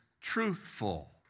truthful